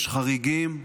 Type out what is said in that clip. יש חריגים.